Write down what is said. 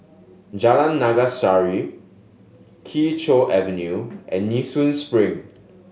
Jalan Naga Sari Kee Choe Avenue and Nee Soon Spring